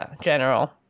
general